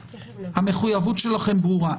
המחויבות שלכם ברורה.